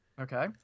Okay